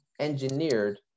engineered